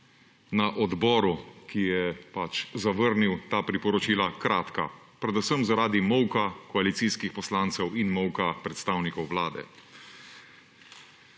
na odboru, ki je pač zavrnil ta priporočila, kratka predvsem zaradi molka koalicijskih poslancev in molka predstavnikov Vlade.